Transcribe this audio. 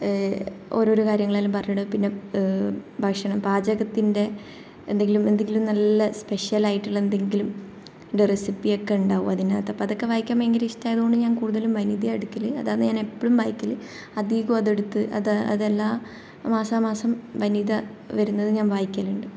ഓരോരോ കാര്യങ്ങളെല്ലാം പറഞ്ഞിട്ട് പിന്നെ ഭക്ഷണം പാചകത്തിൻ്റെ എന്തെങ്കിലും എന്തെങ്കിലും നല്ല സ്പെഷ്യലായിട്ടുള്ള എന്തെങ്കിലും അതിൻ്റെ റെസിപ്പിയൊക്കെ ഉണ്ടാവും അതിനകത്ത് അപ്പോൾ അതൊക്കെ വായിക്കാൻ ഭയങ്കര ഇഷ്ടമായതുകൊണ്ട് ഞാൻ കൂടുതലും വനിതയാണ് എടുക്കല് അതാണ് ഞാൻ എപ്പോഴും വായിക്കല് അധികവും അതെടുത്ത് അത് അതെല്ലാം മാസാമാസം വനിത വരുന്നത് ഞാൻ വായിക്കലുണ്ട്